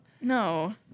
No